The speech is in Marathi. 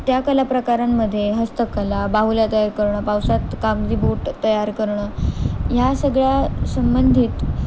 त्या कलाप्रकारांमध्ये हस्तकला बाहुल्या तयार करणं पावसात कागदी बोट तयार करणं ह्या सगळ्या संबंधित